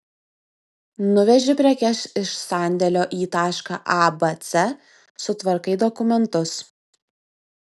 nuveži prekes iš sandėlio į tašką a b c sutvarkai dokumentus